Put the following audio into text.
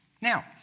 Now